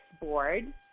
board